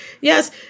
Yes